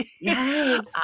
Yes